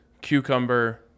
cucumber